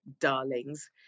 darlings